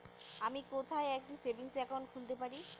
আমি কোথায় একটি সেভিংস অ্যাকাউন্ট খুলতে পারি?